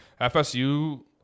FSU